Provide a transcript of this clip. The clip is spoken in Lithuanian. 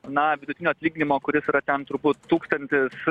na vidutinio atlyginimo kuris yra ten turbūt tūkstantis